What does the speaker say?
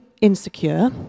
insecure